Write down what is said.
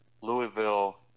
Louisville